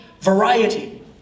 variety